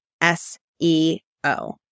S-E-O